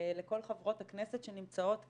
לכל חברות הכנסת שנמצאות כאן,